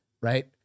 right